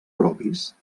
propis